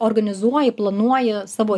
organizuoji planuoji savo